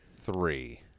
three